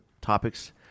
topics